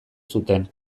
zuten